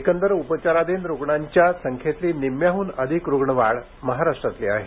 एकंदर उपचाराधीन रुग्णांच्या संख्येतली निम्म्याहन अधिक रुग्णवाढ महाराष्ट्रातली आहे